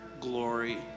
glory